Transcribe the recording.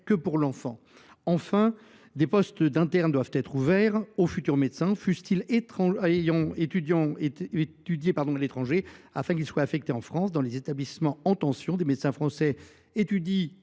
que pour l’enfant. Enfin, des postes d’internes doivent être ouverts aux futurs médecins, même à ceux ayant étudié à l’étranger, qui doivent être affectés en France dans les établissements en tension. Des médecins français étudient